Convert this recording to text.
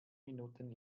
minuten